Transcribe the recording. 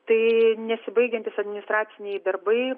tai nesibaigiantys administraciniai darbai